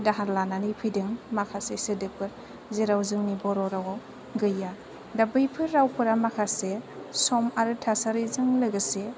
दाहार लानानै फैदों माखासे सोदोबफोर जेराव जोंनि बर' रावआव गैया दा बैफोर रावफोरा माखासे सम आरो थासारिजों लोगोसे